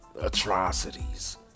atrocities